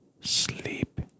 Sleep